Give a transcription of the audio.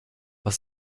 was